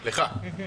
לך.